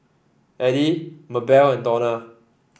Edie Mabelle and Dona